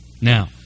Now